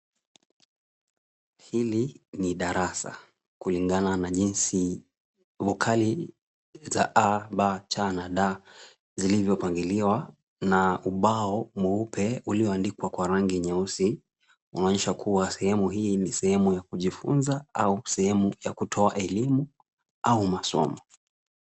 Hili ni darasa kulingana na jinsi vokali za a, b, c na d zililivyopangiliwa na ubao mweupe ulioandikwa kwa rangi nyeusi, unaonyesha kuwa sehemu hii ni sehemu ya kujifunza au sehemu ya kutoa elimu au masomo.